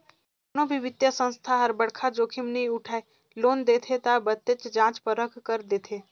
कोनो भी बित्तीय संस्था हर बड़खा जोखिम नी उठाय लोन देथे ता बतेच जांच परख कर देथे